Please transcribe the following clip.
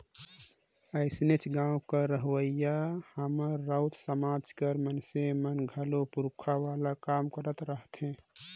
अइसने गाँव कर रहोइया हमर राउत समाज कर मइनसे मन घलो पूरखा वाला काम करत रहथें